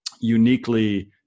uniquely